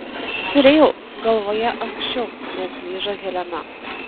turėjau galvoje anksčiau neatlyžo helena